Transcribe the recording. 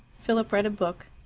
philip read a book.